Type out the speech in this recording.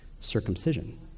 circumcision